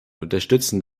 unterstützen